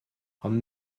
ond